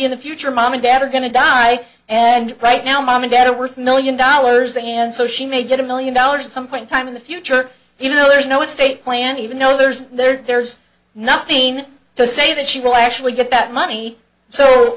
in the future mom and dad are going to die and right now mom and dad are worth a million dollars and so she may get a million dollars at some point in time in the future you know there's no estate plan even though there's there's nothing to say that she will actually get that money so